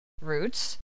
roots